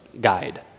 guide